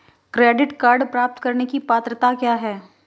Credit card प्राप्त करने की पात्रता क्या है?